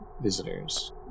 visitors